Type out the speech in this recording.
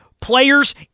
players